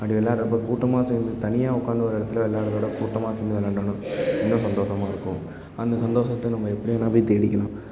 அப்படி வெள்ளாட்றப்போ கூட்டமாக சேர்ந்து தனியா உக்காந்து ஒரு இடத்துல விளையாட்றத விட கூட்டமாக சேர்ந்து விளையாண்டோன்னா இன்னும் சந்தோஷமா இருக்கும் அந்த சந்தோஷத்த நம்ம எப்படி வேணாப் போய் தேடிக்கலாம்